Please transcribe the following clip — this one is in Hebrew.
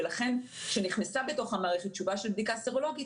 ולכן כשנכנסה בתוך המערכת תשובה של בדיקה סרולוגית